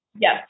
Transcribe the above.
Yes